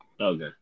Okay